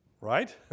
Right